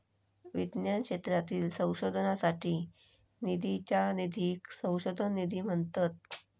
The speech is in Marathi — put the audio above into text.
विज्ञान क्षेत्रातील संशोधनासाठी निधीच्या निधीक संशोधन निधी म्हणतत